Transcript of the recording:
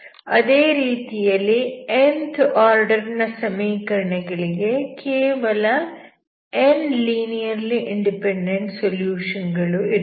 ಅದೇ ರೀತಿಯಲ್ಲಿ nth order ನ ಸಮೀಕರಣಗಳಿಗೆ ಕೇವಲ n ಲೀನಿಯರ್ಲಿ ಇಂಡಿಪೆಂಡೆಂಟ್ ಸೊಲ್ಯೂಷನ್ ಗಳು ಇರುತ್ತವೆ